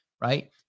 right